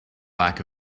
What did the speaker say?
lack